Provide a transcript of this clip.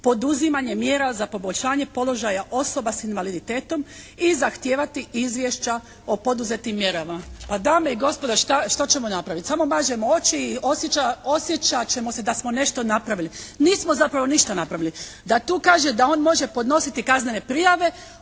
poduzimanje mjera za poboljšanje položaja osoba s invaliditetom i zahtijevati izvješća o poduzetim mjerama. A dame i gospodo što ćemo napraviti? Samo mažemo oči i osjećat ćemo se da smo nešto napravili. Nismo zapravo ništa napravili. Da tu kaže da on može podnositi kaznene prijave